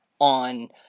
on